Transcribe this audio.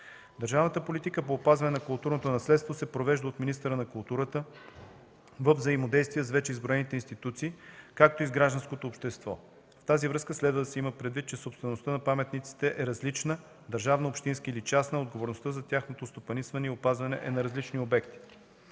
Държавната политика по опазването на културното наследство се провежда от министъра на културата във взаимодействие с вече избраните институции, както и с гражданското общество. Във връзка с това следва да се има предвид, че собствеността на паметниците е различна. Държавна, общинска или частна, отговорността за тяхното стопанисване и опазване е на различни обекти.